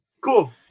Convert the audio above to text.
Cool